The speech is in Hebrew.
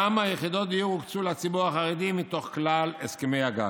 כמה יחידות דיור הוקצו לציבור החרדי מתוך כלל הסכמי הגג: